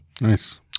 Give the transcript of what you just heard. Nice